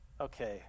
Okay